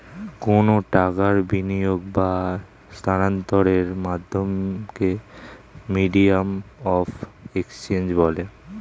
কোনো টাকার বিনিয়োগ বা স্থানান্তরের মাধ্যমকে মিডিয়াম অফ এক্সচেঞ্জ বলে